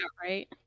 right